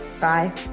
Bye